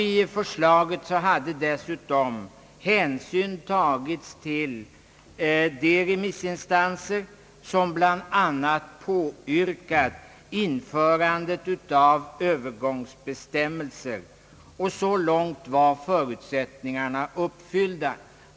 I förslaget hade dessutom hänsyn tagits till de remissinstanser, som bland annat påyrkat införande av övergångsbestämmelser. Så långt var förutsättningarna uppfyllda.